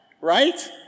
right